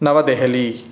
नवदेहली